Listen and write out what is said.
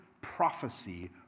prophecy